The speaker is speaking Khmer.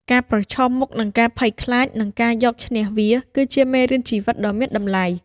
ការប្រឈមមុខនឹងការភ័យខ្លាច និងការយកឈ្នះវា គឺជាមេរៀនជីវិតដ៏មានតម្លៃ។